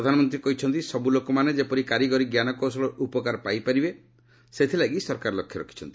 ପ୍ରଧାନମନ୍ତ୍ରୀ କହିଚ୍ଚନ୍ତି ସବୁଲୋକମାନେ ଯେପରି କାରିଗରୀ ଞ୍ଜାନକୌଶଳର ଉପକାର ପାଇପାରିବେ ସେଥିଲାଗି ସରକାର ଲକ୍ଷ୍ୟ ରଖିଛନ୍ତି